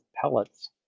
pellets